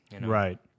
Right